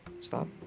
Stop